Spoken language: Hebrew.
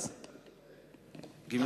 זה גם גמלאים.